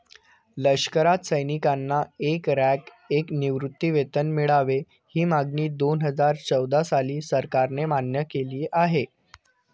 लष्करात सैनिकांना एक रँक, एक निवृत्तीवेतन मिळावे, ही मागणी दोनहजार चौदा साली सरकारने मान्य केली आहे